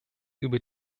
über